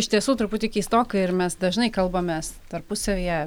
iš tiesų truputį keistoka ir mes dažnai kalbamės tarpusavyje